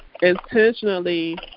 intentionally